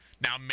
Now